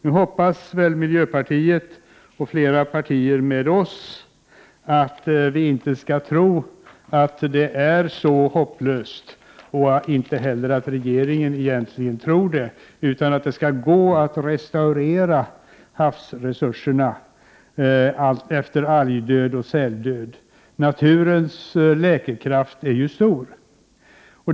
Nu hoppas vi i miljöpartiet, och flera partier med oss, att regeringen inte skall tro att det är så hopplöst. Vi tror inte heller att regeringen anser det. Det skall gå att restaurera havsresurserna efter algoch säldöd. Naturens läkekraft är ju stor.